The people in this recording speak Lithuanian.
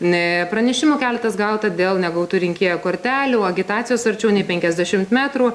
pranešimų keletas gauta dėl negautų rinkėjo kortelių agitacijos arčiau nei penkiasdešimt metrų